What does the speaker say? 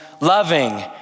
loving